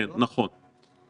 כן, נכון.